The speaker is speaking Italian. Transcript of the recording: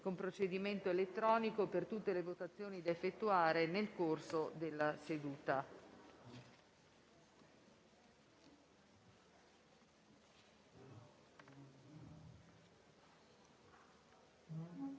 con procedimento elettronico per tutte le votazioni da effettuare nel corso della seduta.